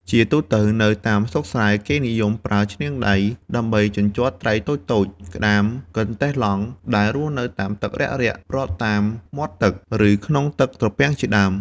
ជាទូទៅនៅតាមស្រុកស្រែ គេនិយមប្រើឈ្នាងដៃ ដើម្បីជញ្ជាត់ត្រីតូចៗ ក្ដាម កន្តេះឡង់ ដែលរស់នៅតាមទឹករាក់ៗប្របតាមមាត់ទឹក ឬក្នុងទឹកត្រពាំងជាដើម។